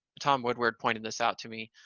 tom woodward pointed this out to me.